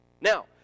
Now